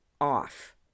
off